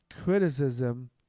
criticism